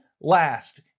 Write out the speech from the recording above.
last